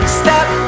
step